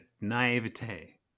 naivete